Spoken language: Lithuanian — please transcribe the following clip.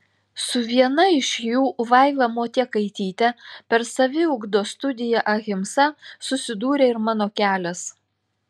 su viena iš jų vaiva motiekaityte per saviugdos studiją ahimsa susidūrė ir mano kelias